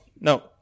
No